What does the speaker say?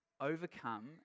overcome